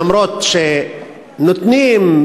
אף שנותנים,